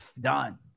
done